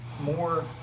More